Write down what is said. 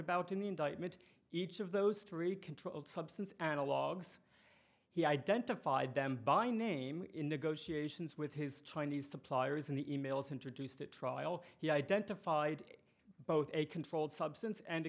about in the indictment each of those three controlled substance analogues he identified them by name in negotiations with his chinese suppliers and the e mails introduced at trial he identified both a controlled substance and a